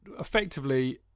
effectively